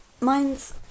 mine's